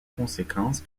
conséquence